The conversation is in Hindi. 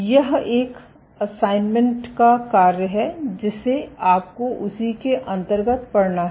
यह एक असाइनमेंट का कार्य है जिसे आपको उसी के अंतर्गत पढ़ना है